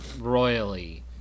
royally